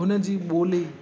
हुन जी ॿोली